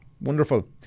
wonderful